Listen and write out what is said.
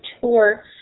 tour